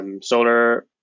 solar